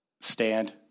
stand